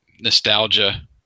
nostalgia